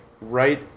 right